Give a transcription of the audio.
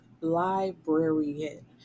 librarian